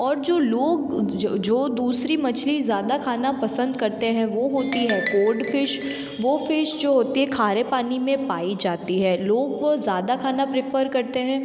और जो लोग जो जो दूसरी मछली ज़्यादा खाना पसंद करते हैं वह होती है कोडफिश वह फिश जो होती हैं खारे पानी में पाई जाती हैं लोग वह ज़्यादा खाना प्रेफ़र करते हैं